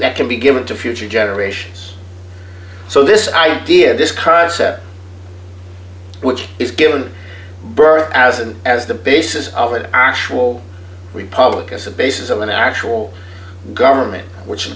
that can be given to future generations so this idea of this crisis at which is given birth as and as the basis of an actual republic as a basis of an actual government which